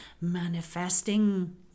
manifesting